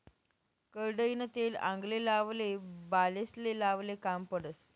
करडईनं तेल आंगले लावाले, बालेस्ले लावाले काम पडस